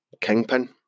Kingpin